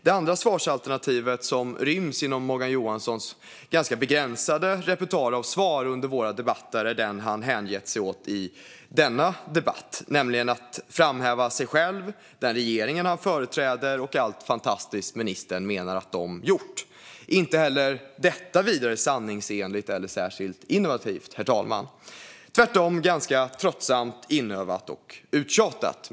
Det andra svarsalternativet som ryms i Morgan Johansson ganska begränsade repertoar av svar under våra debatter är den han hängett sig åt i denna debatt, nämligen att framhäva sig själv och den regering han företräder och allt fantastiskt som ministern menar att de gjort. Inte heller detta är särskilt sanningsenligt eller innovativt, herr talman, utan tvärtom ganska tröttsamt, inövat och uttjatat.